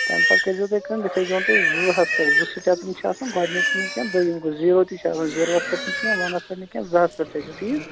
تَمہِ پَتہٕ کٔرۍزیٚو تُہۍ کٲم یہِ تھٲوۍزِہون تُہۍ زٕ ہَس پٮ۪ٹھ زٕ سِٹیپ یہِ چھِ آسان گۄڈنِکہٕ نہٕ کیٚنٛہہ دوٚیِم گوٚو زیٖرو تہِ چھِ آسان زیٖروَس پٮ۪ٹھ نہٕ کیٚنٛہہ وَنَس پٮ۪ٹھ نہٕ کیٚنٛہہ زٕ ہَس پٮ۪ٹھ تھٲۍزیٚو ٹھیٖک